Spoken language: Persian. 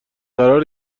قراره